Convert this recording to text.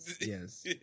Yes